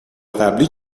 قبلی